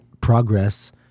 progress